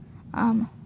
ஆமாம்:aamam